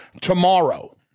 tomorrow